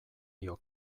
dio